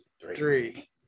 three